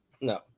No